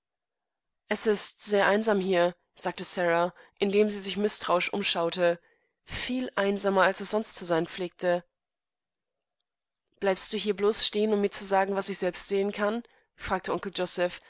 es ist sehr einsam hier sagte sara indem sie sich mißtrauisch umschaute viel einsameralsessonstzuseinpflegte bleibst du hier bloß stehen um mir zu sagen was ich selbst sehen kann fragte onkeljoseph